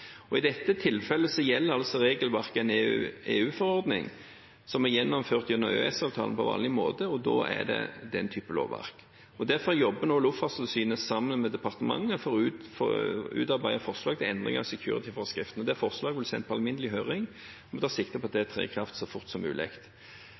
Og i dette tilfellet gjelder altså regelverket en EU-forordning som er gjennomført gjennom EØS-avtalen på vanlig måte, og da er det den typen lovverk. Derfor jobber nå Luftfartstilsynet sammen med departementet for å utarbeide forslag til endringer av securityforskriften, og det forslaget vil bli sendt ut på alminnelig høring, og vi tar sikte på at det